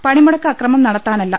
പണിമുടക്ക് അക്രമം നടത്താന ല്ല